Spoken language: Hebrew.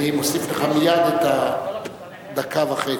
אני מוסיף לך מייד את הדקה וחצי.